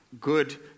good